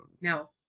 No